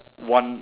won~